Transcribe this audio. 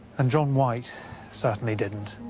and john white certainly didn't.